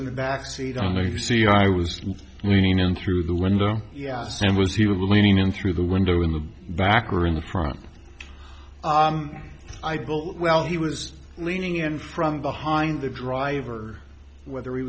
in the back seat i know you see i was going in through the window yeah sam was you leaning in through the window in the back or in the front well he was leaning in from behind the driver whether he